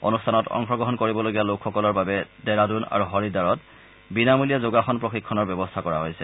অনুষ্ঠানত অংশগ্ৰহণ কৰিবলগীয়া লোকসকলৰ বাবে ডেহৰাডুন আৰু হৰিদ্বাৰত বিনামূলীয়া যোগাসন প্ৰশিক্ষণৰ ব্যৱস্থা কৰিছে